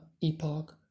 epoch